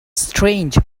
strange